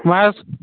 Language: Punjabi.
ਮੈਂ